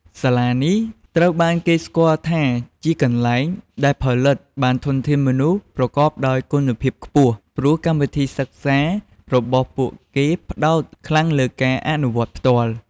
សាលានេះត្រូវបានគេស្គាល់ថាជាកន្លែងដែលផលិតបានធនធានមនុស្សប្រកបដោយគុណភាពខ្ពស់ ព្រោះកម្មវិធីសិក្សារបស់ពួកគេផ្ដោតខ្លាំងលើ ការអនុវត្តផ្ទាល់ ។